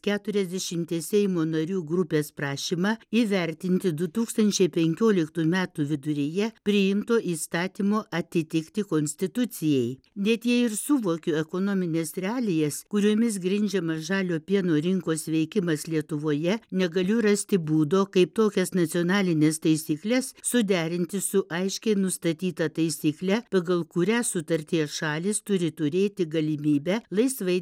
keturiasdešimties seimo narių grupės prašymą įvertinti du tūkstančiai penkioliktų metų viduryje priimto įstatymo atitikti konstitucijai net jei ir suvokiu ekonomines realijas kuriomis grindžiama žalio pieno rinkos veikimas lietuvoje negaliu rasti būdo kaip tokias nacionalines taisykles suderinti su aiškiai nustatyta taisykle pagal kurią sutarties šalys turi turėti galimybę laisvai